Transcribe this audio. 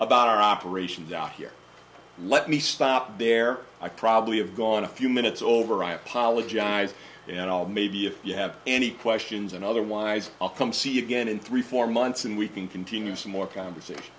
about our operations out here let me stop there i probably have gone a few minutes over i apologize and all maybe if you have any questions and otherwise i'll come see you again in three four months and we can continue some more conversation